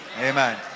Amen